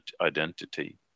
identity